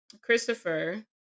Christopher